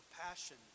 passion